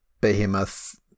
Behemoth